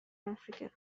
africa